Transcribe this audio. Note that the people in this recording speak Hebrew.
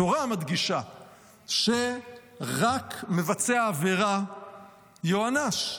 התורה מדגישה שרק מבצע העבירה יוענש.